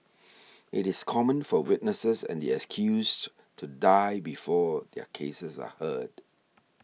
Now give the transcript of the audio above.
it is common for witnesses and the accused to die before their cases are heard